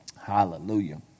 Hallelujah